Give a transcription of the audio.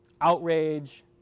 Outrage